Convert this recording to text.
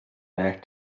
back